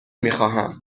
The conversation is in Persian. میخواهم